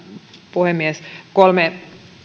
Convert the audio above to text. puhemies kolme